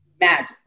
Magic